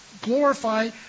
glorify